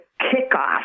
kickoff